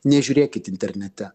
nežiūrėkit internete